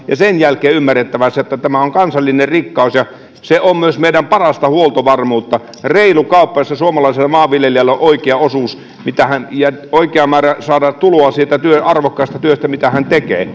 ja sen jälkeen ymmärrettävä se että tämä on kansallinen rikkaus ja se on myös meidän parasta huoltovarmuutta reilu kauppa jossa suomalaisella maanviljelijällä on oikea osuus ja oikea määrä saadaan tuloa siitä arvokkaasta työstä mitä hän tekee